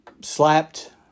slapped